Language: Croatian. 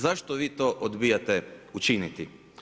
Zašto vi to odbijate učiniti?